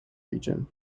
region